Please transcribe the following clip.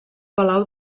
palau